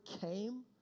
came